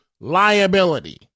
liability